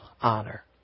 honor